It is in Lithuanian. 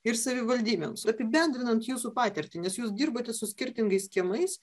ir savivaldybėms apibendrinant jūsų patirtį nes jūs dirbote su skirtingais kiemais